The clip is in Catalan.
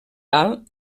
dalt